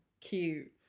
cute